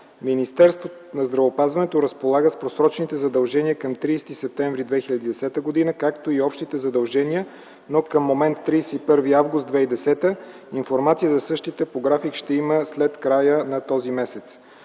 Министерство на здравеопазването разполага с просрочените задължения към 30 септември 2010 г., както и общите задължения, но към момент 31 август 2010 г. информация за същите по график ще има след края на този месец.